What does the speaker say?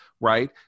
right